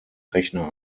rechner